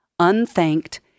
unthanked